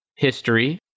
History